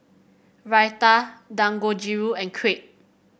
Raita Dangojiru and Crepe